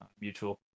mutual